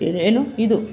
ಏನು ಇದು